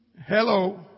Hello